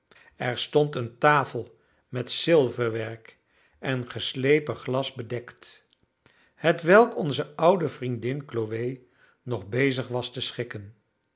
er stond eene tafel met zilverwerk en geslepen glas bedekt hetwelk onze oude vriendin chloe nog bezig was te schikken